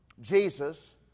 Jesus